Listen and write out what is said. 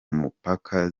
mupaka